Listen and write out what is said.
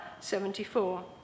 74